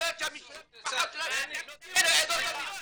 בגלל ששם המשפחה שלהם הוא מעדות המזרח.